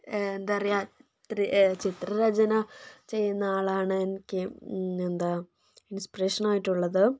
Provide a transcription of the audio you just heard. എന്താ പറയുക ചിത്രരചന ചെയ്യുന്ന ആളാണ് എനിക്ക് എന്താ ഇൻസ്പിരേഷൻ ആയിട്ടുള്ളത്